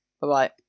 Bye-bye